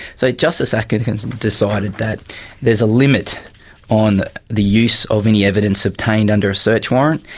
so justice atkinson decided that there is a limit on the use of any evidence obtained under a search warrant,